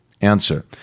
Answer